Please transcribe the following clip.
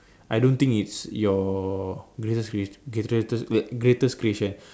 I don't think its your greatest creation